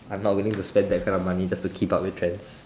I'm not willing to spend that kind of money just to keep up with trends